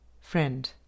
Friend